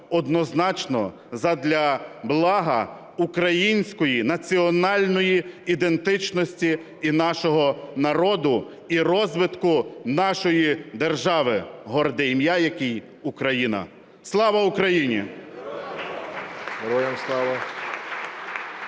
однозначно задля блага української національної ідентичності і нашого народу, і розвитку нашої держави, горде ім'я якої Україна. Слава Україні! (Оплески)